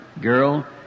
girl